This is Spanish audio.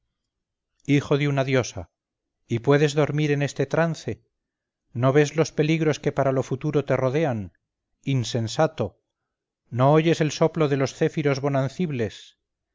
hijo de una diosa y puedes dormir en este trance no ves los peligros que para lo futuro te rodean insensato no oyes el soplo de los